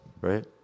right